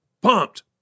pumped